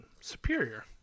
superior